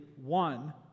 one